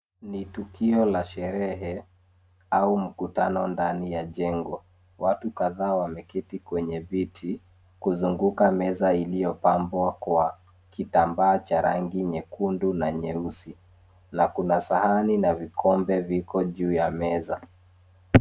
Ni tukio la sherehe au mkutano ndani ya jengo watu kadhaa wameketi kwenye ya viti kuzunguka meza iliyopambwa kwa kitambaa cha rangi nyekundu na nyeusi na kuna sahani na vikombe viko juu ya meza.